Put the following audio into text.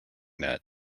net